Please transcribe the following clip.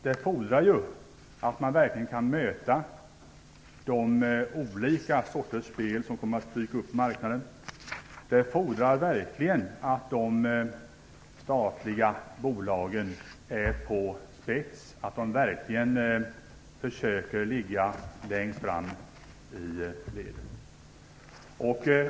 Det fordras att man verkligen kan möta de olika sorters spel som kan komma att dyka upp på marknaden och att de statliga bolagen är på topp och försöker att ligga längst fram i leden.